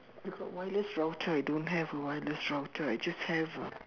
you got wireless router I don't have a wireless router I just have a